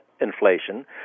inflation